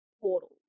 portal